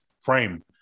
frame